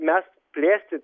mes plėstis